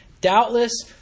doubtless